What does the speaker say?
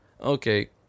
okay